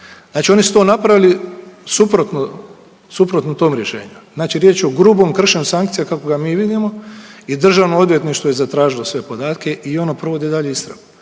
Znači oni su to napravili suprotno tom rješenju, znači riječ je o grubom kršenju sankcija kako ga mi vidimo i Državno odvjetništvo je zatražilo sve podatke i ono provodi dalje istragu.